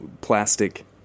plastic